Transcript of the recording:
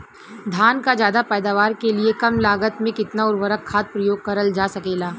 धान क ज्यादा पैदावार के लिए कम लागत में कितना उर्वरक खाद प्रयोग करल जा सकेला?